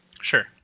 sure